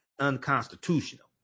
unconstitutional